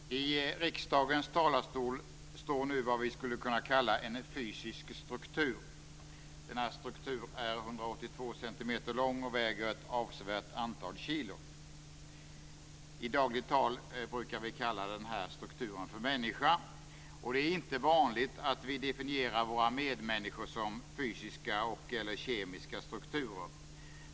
Fru talman! I riksdagens talarstol står nu vad vi skulle kunna kalla en fysisk struktur. Denna struktur är 182 centimeter lång och väger ett avsevärt antal kilon. I dagligt tal kallar vi denna struktur för människa. Det är inte vanligt att vi definierar våra medmänniskor som fysiska och/eller kemiska strukturer.